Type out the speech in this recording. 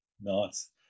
Nice